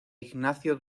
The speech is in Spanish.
ignacio